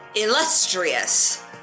Illustrious